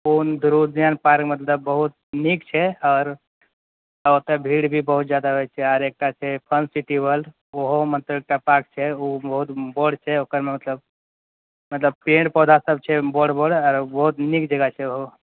कौन ध्रुव उद्यान पार्क मतलब बहुत नीक छै आओर ओतय भीड़ भी बहुत जादा होइ छै आओर एकटा छै फनसिटी वर्ल्ड ओहो मतलब एकटा पार्क छै ओ बहुत बड़ छै मतलब मतलब पेड़ पौधा सब छै ओहिमे बड़ बड़ आ बहुत नीक जगह छै ओहो